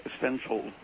essential